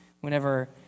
whenever